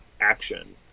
Action